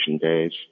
days